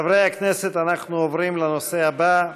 חברי הכנסת, אנחנו עוברים לנושא הבא.